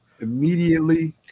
immediately